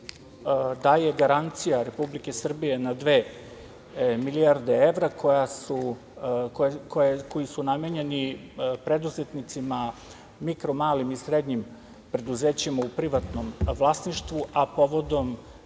daje garancija Republike Srbije na dve milijarde evra koje su namenjene preduzetnicima, mikro, malim i srednjim preduzećima u privatnom vlasništvu, a povodom